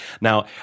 Now